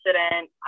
accident